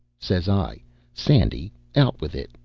says i sandy, out with it.